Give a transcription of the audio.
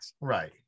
Right